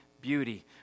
beauty